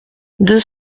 deux